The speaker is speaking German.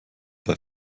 bei